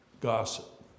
gossip